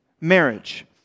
marriage